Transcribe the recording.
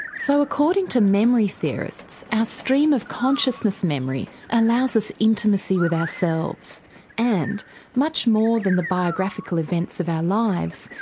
so according to memory theorists our ah stream of consciousness memory allows us intimacy with ourselves and much more than the biographical events of our lives,